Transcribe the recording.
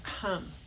come